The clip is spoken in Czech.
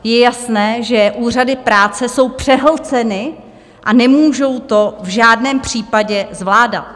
Je jasné, že úřady práce jsou přehlceny a nemůžou to v žádném případě zvládat.